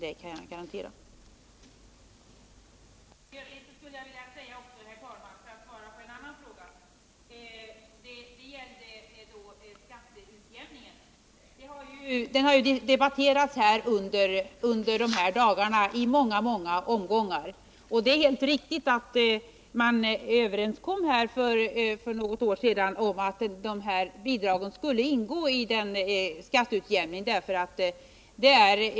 Som svar på den fråga som gäller skatteutjämningen skulle jag vilja säga att denna har diskuterats i många olika omgångar de senaste två dagarna. Det är helt riktigt att man för något år sedan kom överens om att dessa bidrag skulle ingå i skatteutjämningen.